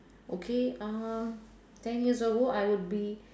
okay uh ten years ago I would be